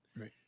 Right